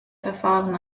verfahren